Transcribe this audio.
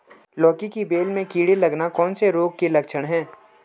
लौकी की बेल में कीड़े लगना कौन से रोग के लक्षण हैं?